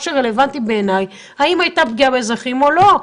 מה שרלוונטי בעיניי זה האם הייתה פגיעה באזרחים או לא.